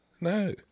No